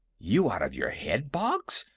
you out of your head, boggs?